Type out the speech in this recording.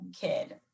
kid